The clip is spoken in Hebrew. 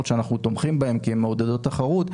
שאנחנו תומכים בהן כי הן מעודדות תחרות,